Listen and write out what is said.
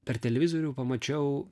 per televizorių pamačiau